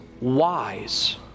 wise